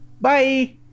Bye